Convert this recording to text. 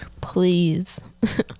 Please